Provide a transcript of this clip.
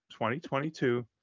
2022